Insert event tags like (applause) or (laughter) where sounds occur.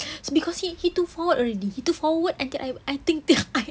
(breath) it's because he he too forward already he too forward until I I think till I (laughs)